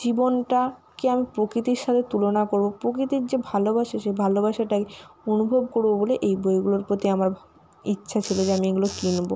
জীবনটাকে আমি প্রকৃতির সাথে তুলনা করবো প্রকৃতির যে ভালবাসা সেই ভালোবাসাটাই অনুভব করবো বলে এই বইগুলোর প্রতি আমার ইচ্ছা ছিল যে আমি এইগুলো কিনবো